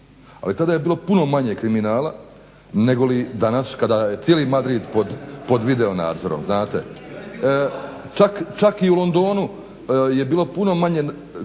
ali tada je bilo puno manje kriminala nego li kada je cijeli Madrid pod videonadzorom znate. Čak i u Londonu je bilo puno manje kriminala